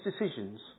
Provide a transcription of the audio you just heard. decisions